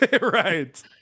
Right